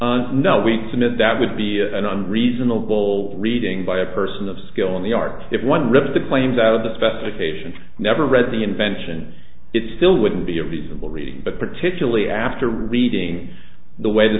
fire no we submit that would be a reasonable reading by a person of skill in the art if one ripped the claims out of the specification never read the invention it still wouldn't be a reasonable reading but particularly after reading the way the